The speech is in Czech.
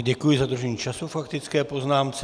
Děkuji za dodržení času k faktické poznámce.